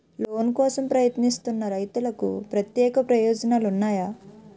Loan కోసం ప్రయత్నిస్తున్న రైతులకు ప్రత్యేక ప్రయోజనాలు ఉన్నాయా?